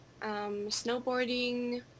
snowboarding